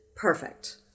Perfect